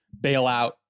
bailout